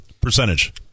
percentage